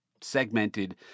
Segmented